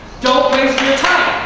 don't waste your time.